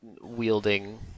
wielding